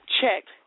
Checked